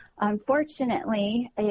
unfortunately